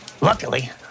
Luckily